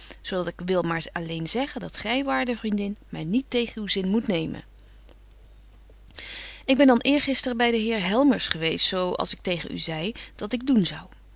dat ik wil maar alleen zeggen dat gy waarde vriendin my niet tegen uw zin moet nemen ik ben dan eergisteren by den heer helmers geweest zo als ik tegen u zei dat ik doen zou